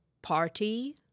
party